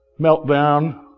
meltdown